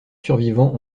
survivants